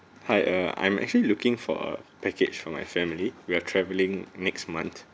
hi err I'm actually looking for a package for my family we're travelling next month